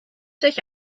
sich